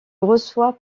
reçoit